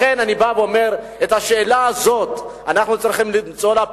לכן אני בא ואומר שלשאלה הזאת אנחנו צריכים למצוא לה פתרון.